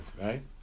right